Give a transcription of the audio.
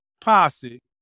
posse